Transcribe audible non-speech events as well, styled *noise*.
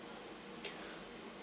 *breath*